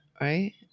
Right